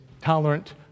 tolerant